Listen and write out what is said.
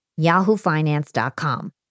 yahoofinance.com